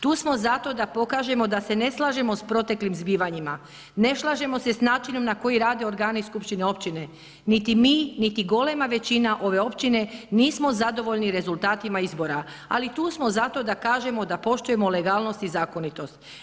Tu smo zato da pokažemo da se ne slažemo sa proteklim zbivanjima, ne slažemo se sa načinom na koji rade organi skupštine općine, niti mi, niti golema većina ove općine nismo zadovoljni rezultatima izbora ali tu smo zato da kažemo da poštujemo legalnost i zakonitost.